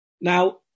Now